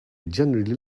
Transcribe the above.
generally